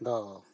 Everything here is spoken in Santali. ᱫᱚ